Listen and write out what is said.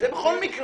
זה הם בכל מקרה.